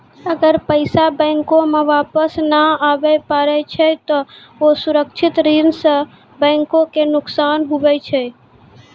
अगर पैसा बैंको मे वापस नै आबे पारै छै ते असुरक्षित ऋण सं बैंको के नुकसान हुवै छै